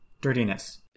dirtiness